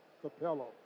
Capello